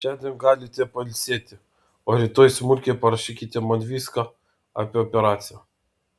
šiandien galite pailsėti o rytoj smulkiai parašykite man viską apie operaciją